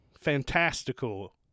fantastical